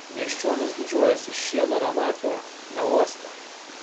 miesčionys didžiuojasi šieno nematę neuostę